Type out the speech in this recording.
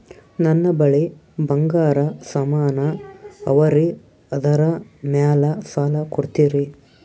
ನನ್ನ ಬಳಿ ಬಂಗಾರ ಸಾಮಾನ ಅವರಿ ಅದರ ಮ್ಯಾಲ ಸಾಲ ಕೊಡ್ತೀರಿ?